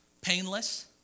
painless